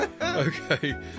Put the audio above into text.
Okay